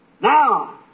Now